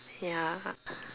ya